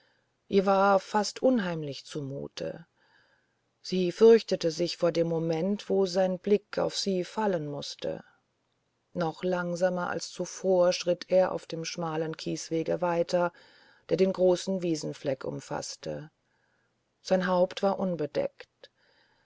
ihr war fast unheimlich zu mute sie fürchtete sich vor dem moment wo sein blick auf sie fallen mußte noch langsamer als zuvor schritt er auf dem schmalen kieswege weiter der den großen wiesenfleck umfaßte sein haupt war unbedeckt